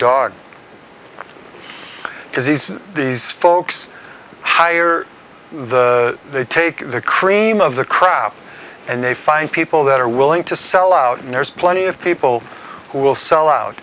dog because these these folks hire they take the cream of the crap and they find people that are willing to sell out and there's plenty of people who will sell out